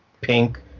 pink